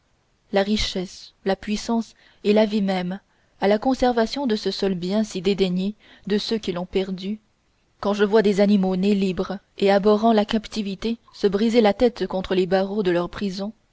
la richesse la puissance et la vie même à la conservation de ce seul bien si dédaigné de ceux qui l'ont perdu quand je vois des animaux nés libres et abhorrant la captivité se briser la tête contre les barreaux de leur prison